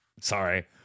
Sorry